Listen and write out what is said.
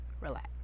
Relax